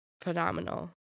phenomenal